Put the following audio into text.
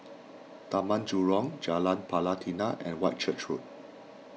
Taman Jurong Jalan Pelatina and Whitchurch Road